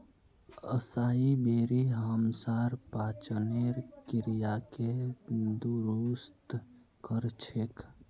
असाई बेरी हमसार पाचनेर क्रियाके दुरुस्त कर छेक